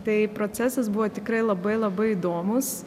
tai procesas buvo tikrai labai labai įdomus